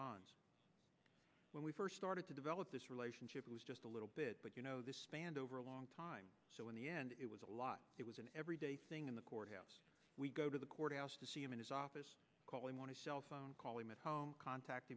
said when we first started to develop this relationship it was just a little bit but you know this spanned over a long time so in the end it was a lot it was an everyday thing in the courthouse we go to the courthouse to see him in his office calling want to cell phone call him at home contact